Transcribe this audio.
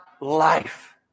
life